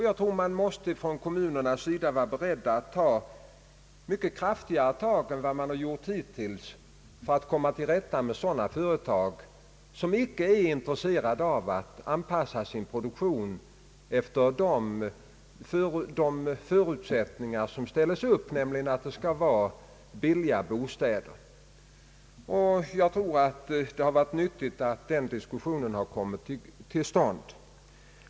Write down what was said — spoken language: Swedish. Jag tror att kommunerna måste vara beredda att ta mycket kraftigare tag än de hittills gjort för att komma till rätta med sådana företag som inte är intresserade av att anpassa sin produktion efter de förutsättningar som ges, nämligen att de bostäder som erbjuds skall vara billiga. Det har nog varit nyttigt att den diskussionen kommit till stånd.